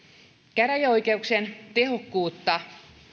käräjäoikeuksien tehokkuutta